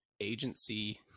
agency